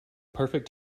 perfect